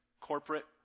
corporate